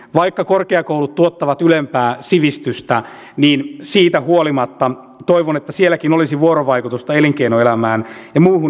vaikka korkeakoulut tuottavat ylempää sivistystä niin siitä huolimatta toivon että sielläkin olisi vuorovaikutusta elinkeinoelämään ja muuhun yhteiskuntaan